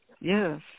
Yes